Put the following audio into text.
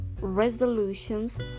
resolutions